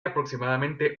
aproximadamente